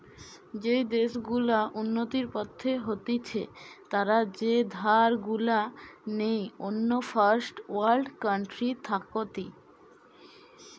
যেই দেশ গুলা উন্নতির পথে হতিছে তারা যে ধার গুলা নেই অন্য ফার্স্ট ওয়ার্ল্ড কান্ট্রি থাকতি